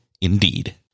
indeed